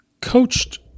coached